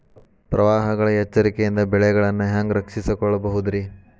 ಪ್ರವಾಹಗಳ ಎಚ್ಚರಿಕೆಯಿಂದ ಬೆಳೆಗಳನ್ನ ಹ್ಯಾಂಗ ರಕ್ಷಿಸಿಕೊಳ್ಳಬಹುದುರೇ?